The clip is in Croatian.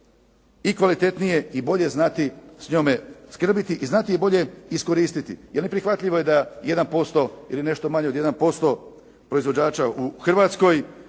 i kvalitetnije znati s njome skrbiti i znati je bolje iskoristiti. Jer neprihvatljivo je da 1% ili nešto manje od 1% proizvođača u Hrvatskoj